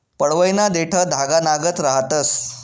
पडवयना देठं धागानागत रहातंस